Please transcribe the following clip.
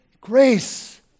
grace